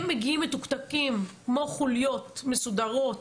הם מגיעים מתוקתקים כמו חוליות מסודרות.